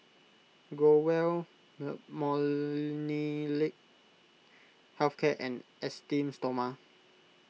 Growell the Molnylcke Health Care and Esteem Stoma